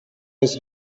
its